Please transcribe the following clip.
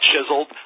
chiseled